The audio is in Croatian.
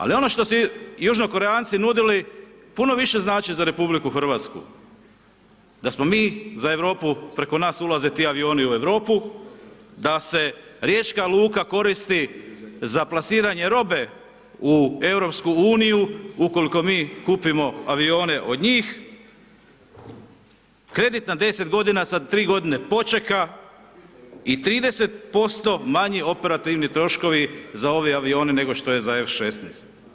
Ali ono što su Južno Korejanci nudili puno više znači za RH, da smo mi za Europu, preko nas ulaze ti avioni u Europu, da se riječka luka koristi za plasiranje robe u EU ukoliko mi kupimo avione od njih, kredit na 10 godina sa 3 godine počeka i 30% manji operativni troškovi za ove avione, nego što je za F-16.